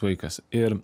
vaikas ir